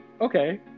okay